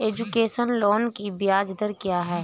Education loan की ब्याज दर क्या है?